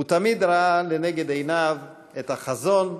הוא תמיד ראה לנגד עיניו את החזון,